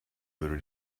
würde